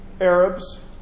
Arabs